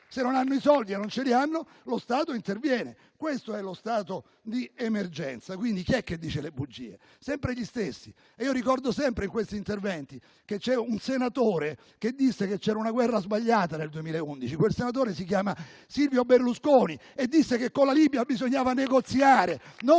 Se non hanno i soldi - e non ce li hanno - lo Stato interviene. Questo è lo stato d'emergenza. Quindi chi è che dice le bugie? Sempre gli stessi. Ricordo sempre, in questi interventi, che nel 2011 un senatore disse che c'era una guerra sbagliata. Quel senatore - che si chiama Silvio Berlusconi - disse che con la Libia bisognava negoziare,